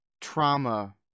trauma